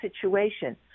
situation